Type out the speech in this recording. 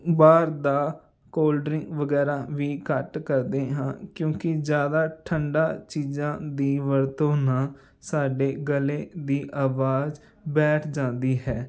ਬਾਹਰ ਦਾ cold drink ਵਗੈਰਾ ਵੀ ਘੱਟ ਕਰਦੇ ਹਾਂ ਕਿਉਂਕਿ ਜ਼ਿਆਦਾ ਠੰਡਾ ਚੀਜ਼ਾਂ ਦੀ ਵਰਤੋਂ ਨਾਲ ਸਾਡੇ ਗਲੇ ਦੀ ਆਵਾਜ਼ ਬੈਠ ਜਾਂਦੀ ਹੈ